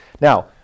Now